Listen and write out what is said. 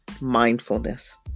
mindfulness